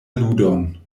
ludon